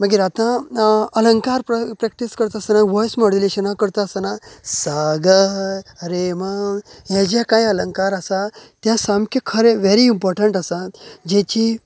मागीर आतां अलंकार प्र् प्रॅक्टीस करतास्ताना वॉयझ मॉड्युलेशना करतास्ताना सा ग रे म ह्ये जे काय अलंकार आसा त्या सामके खरें वॅरी इम्पॉटंट आसात जेची